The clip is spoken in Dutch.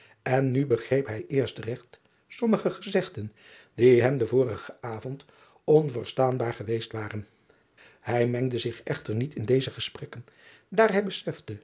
en nu begreep hij eerst regt sommige gezegden die hem den vorigen avond onverstaanbaar geweest waren ij mengde zich echter niet in deze gesprekken daar hij besefte